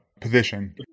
position